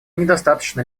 недостаточно